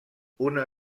una